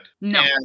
no